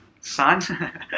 son